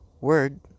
word